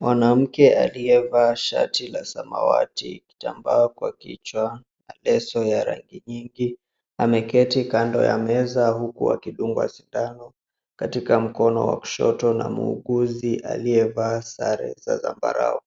Mwanamke aliyevaa shati la samawati, kitambaa kwa kichwa na leso ya rangi nyingi, ameketi kando ya meza huku akidungwa sindano katika mkono wa kushoto na muuguzi aliyevaa sare za zambarau.